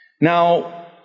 Now